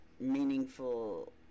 meaningful